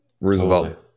Roosevelt